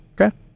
Okay